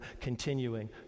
continuing